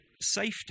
safety